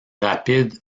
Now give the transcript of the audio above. rapide